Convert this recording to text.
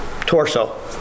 torso